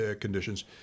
conditions